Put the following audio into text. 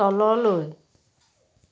তললৈ